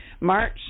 March